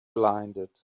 blinded